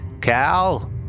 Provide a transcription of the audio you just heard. Cal